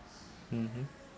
mmhmm